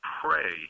pray